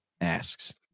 Asks